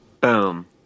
boom